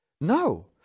No